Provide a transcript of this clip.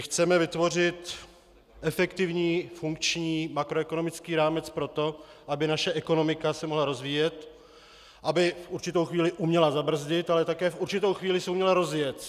Chceme vytvořit efektivní, funkční makroekonomický rámec pro to, aby naše ekonomika se mohla rozvíjet, aby v určitou chvíli uměla zabrzdit, ale také v určitou chvíli se uměla rozjet.